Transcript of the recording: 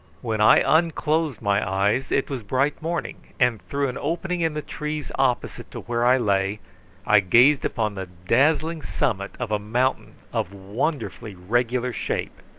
when i unclosed my eyes it was bright morning and through an opening in the trees opposite to where i lay i gazed upon the dazzling summit of a mountain of wonderfully regular shape.